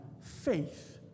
faith